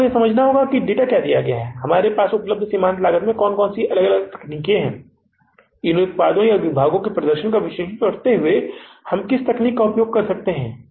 तो यहां आपको यह समझना होगा कि डेटा क्या दिया गया है हमारे साथ उपलब्ध सीमांत लागत में कौन सी अलग अलग तकनीकें हैं इन उत्पादों या विभागों के प्रदर्शन का विश्लेषण करते हुए हम किस तकनीक का उपयोग कर सकते हैं